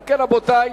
אם כן, רבותי,